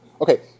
okay